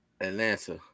Atlanta